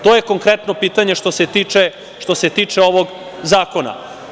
To je konkretno pitanje što se tiče ovog zakona.